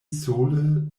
sole